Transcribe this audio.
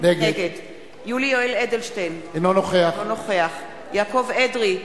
נגד יולי יואל אדלשטיין, אינו נוכח יעקב אדרי,